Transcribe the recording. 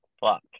fuck